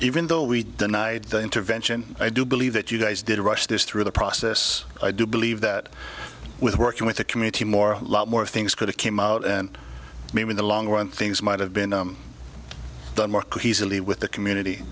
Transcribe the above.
even though we denied the intervention i do believe that you guys did rush this through the process i do believe that with working with the community more lot more things could have came out and maybe in the long run things might have been done more could he's really with the community